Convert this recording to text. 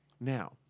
Now